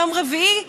ביום רביעי,